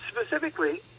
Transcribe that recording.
specifically